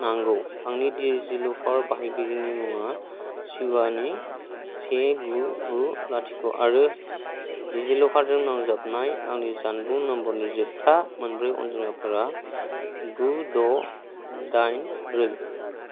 नांगौ आंनि डिजिलकार बाहायगिरिनि मुङा शिबानी से गु गु लाथिख' आरो डिजिलकारजों नांजाबनाय आंनि जानबुं नाम्बारनि जोबथा मोनब्रै अनजिमाफोरा गु द' दाइन ब्रै